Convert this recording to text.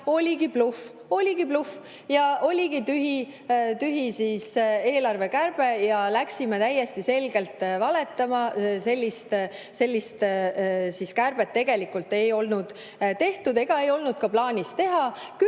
oligi bluff. Oligi bluff ja oligi tühi eelarvekärbe ja läksime täiesti selgelt valetama. Sellist kärbet tegelikult ei olnud tehtud ega olnud ka plaanis teha,